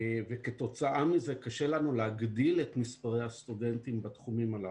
וכתוצאה מזה קשה לנו להגדיל את מספרי הסטודנטים בתחומים הללו.